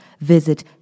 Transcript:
visit